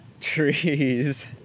trees